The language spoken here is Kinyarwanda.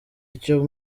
icyo